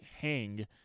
Hang